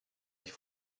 ich